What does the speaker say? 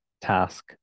task